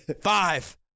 five